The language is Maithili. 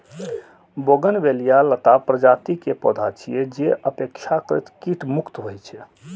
बोगनवेलिया लता प्रजाति के पौधा छियै, जे अपेक्षाकृत कीट मुक्त होइ छै